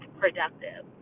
productive